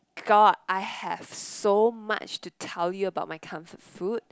God I have so much to tell you about my comfort food